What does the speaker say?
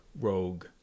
rogue